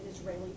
Israeli